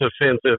offensive